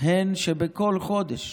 הן שבכל חודש